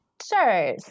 Sure